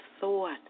thought